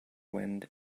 wind